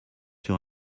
sur